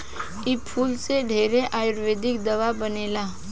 इ फूल से ढेरे आयुर्वेदिक दावा बनेला